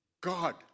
God